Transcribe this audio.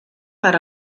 per